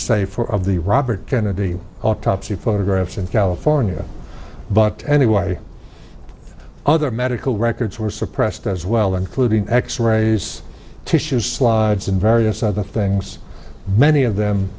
four of the robert kennedy autopsy photographs in california but anyway other medical records were suppressed as well including x rays tissues slides and various other things many of them